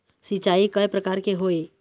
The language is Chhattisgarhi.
सिचाई कय प्रकार के होये?